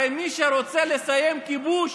הרי מי שרוצה לסיים כיבוש